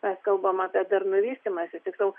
me kalbam apie darnų vystymąsi tiksliau